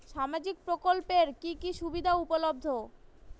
সামাজিক প্রকল্প এর কি কি সুবিধা উপলব্ধ?